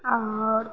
आओर